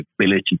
ability